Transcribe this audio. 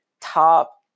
top